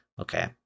Okay